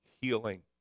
healing